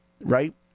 right